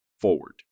forward